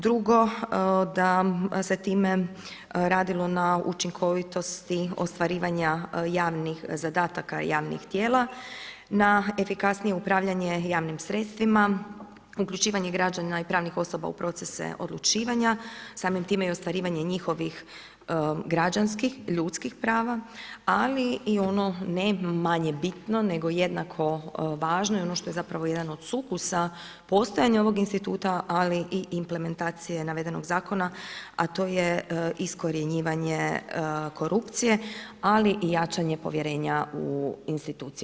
Drugo, da se time radilo na učinkovitosti ostvarivanja javnih zadataka javnih tijela, na efikasnije upravljanje javnim sredstvima, uključivanje građana i pravnih osoba u procese odlučivanja, samim time i ostvarivanje njihovih građanskih, ljudskih prava ali i ono ne manje bitno, nego jednako važno i ono što je zapravo jedan od sukusa postojanja ovog instituta ali i implementacije navedenog zakona a to je iskorjenjivanje korupcije ali i jačanje povjerenja u institucije.